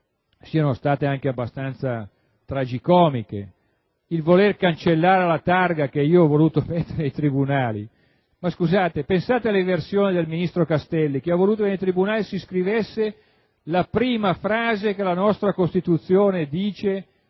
siano state anche abbastanza tragicomiche: il voler cancellare la targa che io ho voluto mettere nei tribunali. Ma, scusate, pensate all'eversione del ministro Castelli, che ha voluto che nei tribunali si scrivesse la prima frase che la nostra Costituzione